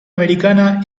americana